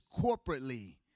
corporately